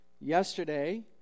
Yesterday